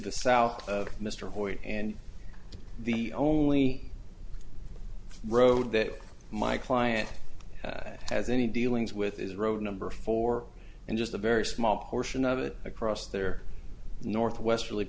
the south of mr boyd and the only road that my client has any dealings with is road number four and just a very small portion of it across their northwest